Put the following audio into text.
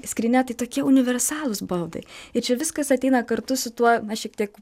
skrynia tai tokie universalūs baldai ir čia viskas ateina kartu su tuo na šiek tiek